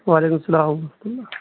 وعلیکم السلام ورحمۃ اللہ